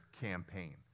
campaign